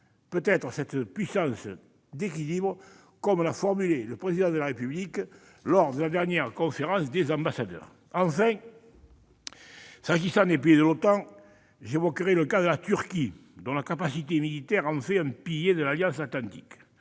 peut être une puissance d'équilibre, comme l'a exprimé le Président de la République lors de la dernière conférence des ambassadeurs. Enfin, s'agissant des pays membres de l'OTAN, j'évoquerai le cas de la Turquie, dont la capacité militaire fait un pilier de l'Alliance atlantique.